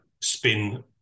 spin